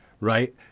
right